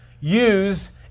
use